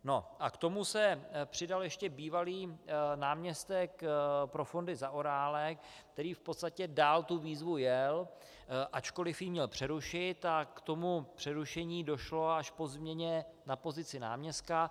A k tomu se přidal ještě bývalý náměstek pro fondy Zaorálek, který v podstatě dál tu výzvu jel, ačkoliv ji měl přerušit, a k tomu přerušení došlo až po změně na pozici náměstka.